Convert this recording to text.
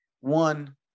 one